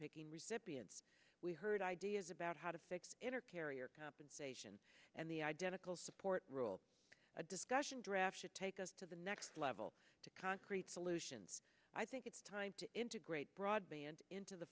picking recipients we heard ideas about how to fix inner carrier compensation and the identical support rules a discussion draft should take us to the next level to concrete solutions i think it's time to integrate broadband into the